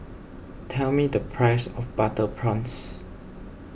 tell me the price of Butter Prawns